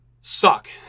suck